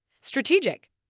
Strategic